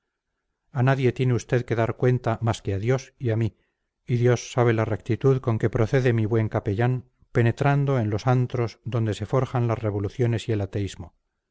a nadie tiene usted que dar cuenta más que a dios y a mí y dios sabe la rectitud con que procede mi buen capellán penetrando en los antros donde se forjan las revoluciones y el ateísmo